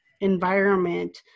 environment